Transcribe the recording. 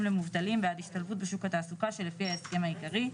למובטלים בעד השתלבות בשוק התעסוקה שלפי ההסכם העיקרי.